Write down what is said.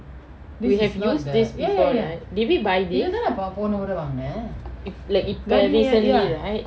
we have used this before right did we buy it like recently right